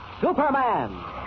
Superman